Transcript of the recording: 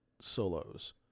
solos